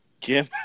Jim